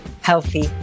healthy